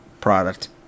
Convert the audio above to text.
Product